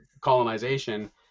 colonization